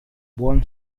buon